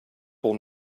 will